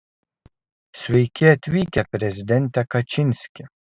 sveiki atvykę prezidente kačinski